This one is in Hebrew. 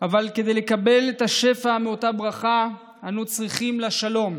אבל כדי לקבל את השפע מאותה ברכה אנו צריכים לשלום,